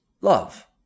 love